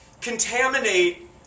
contaminate